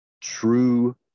true